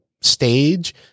stage